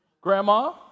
Grandma